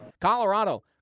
Colorado